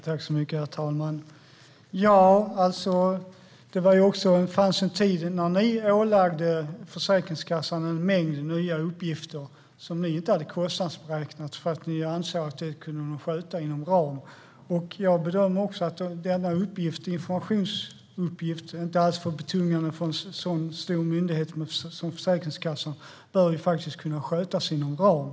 Herr talman! Det fanns en tid när ni ålade Försäkringskassan en mängd nya uppgifter som ni inte hade kostnadsberäknat, eftersom ni ansåg att Försäkringskassan kunde sköta dem inom ram, Solveig Zander. Jag bedömer också att denna informationsuppgift inte alls är så betungande för en så stor myndighet som Försäkringskassan och att den bör kunna skötas inom ram.